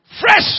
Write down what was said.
Fresh